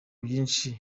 byinshi